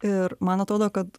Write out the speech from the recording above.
ir man atrodo kad